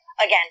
again